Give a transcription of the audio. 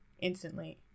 instantly